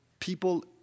People